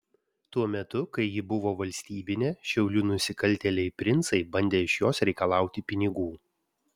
tuo metu kai ji buvo valstybinė šiaulių nusikaltėliai princai bandė iš jos reikalauti pinigų